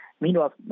Meanwhile